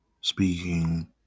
speaking